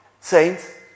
saints